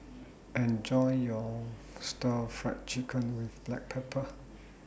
Enjoy your Stir Fry Chicken with Black Pepper